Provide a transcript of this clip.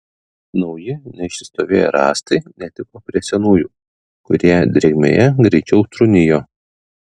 nauji neišsistovėję rąstai netiko prie senųjų kurie drėgmėje greičiau trūnijo